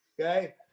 Okay